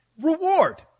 reward